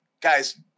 guys